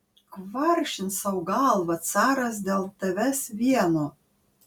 kvaršins sau galvą caras dėl tavęs vieno